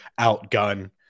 outgun